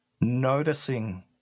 Noticing